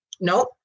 no